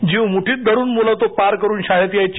जीव मुठीत धरून मुलं तो पार करून शाळेत यायची